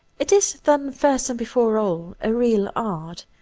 it is then, first and before all, a real art.